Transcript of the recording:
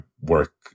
work